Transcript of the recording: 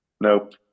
Nope